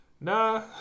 Nah